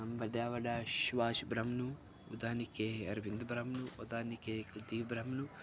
ते बड्डा बड्डा सुभाष ब्रह्मनु ओह्दा निक्के अरविंद ब्रह्मनु ओह्दा हा निक्के कुलदीप ब्रह्मनु